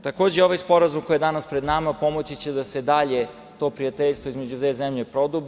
Takođe, ovaj sporazum koji je danas pred nama pomoći će da se dalje to prijateljstvo između dve zemlje produbi.